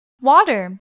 water